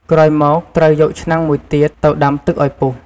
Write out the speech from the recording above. ក្រោយមកត្រូវយកឆ្នាំងមួយទៀត ទៅដាំទឹកឲ្យពុះ។